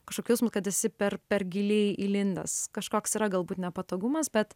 kažkoks jausmas kad esi per per giliai įlindęs kažkoks yra galbūt nepatogumas bet